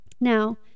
Now